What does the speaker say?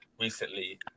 recently